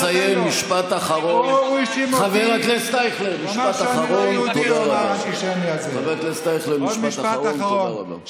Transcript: חבר הכנסת אייכלר, אני מבקש שתסיים, משפט אחרון.